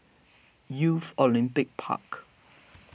Youth Olympic Park